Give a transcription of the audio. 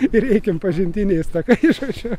ir eikim pažintiniais takai šio čia